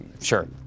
Sure